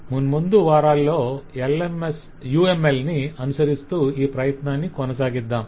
మున్ముందు వారాల్లో UML ని అనుసరిస్తూ ఈ ప్రయత్నాన్ని కొనసాగిద్దాం